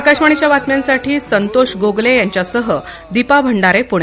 आकाशवाणीच्या बातम्यासाठी संतोष गोगले यांच्यासह दीपा भंडारे पुणे